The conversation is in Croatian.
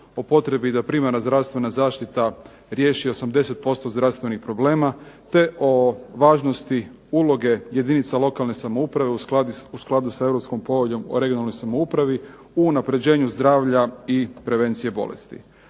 o potrebi da primarna zdravstvena zaštita riješi 80% zdravstvenih problema te o važnosti uloge jedinica lokalne samouprave u skladu sa Europskom poveljom o regionalnoj samoupravi u unapređenju zdravlja i prevencije bolesti.